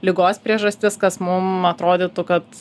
ligos priežastis kas mum atrodytų kad